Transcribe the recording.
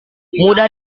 mudah